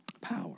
Power